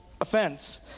offense